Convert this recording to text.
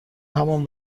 همان